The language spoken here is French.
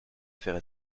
faire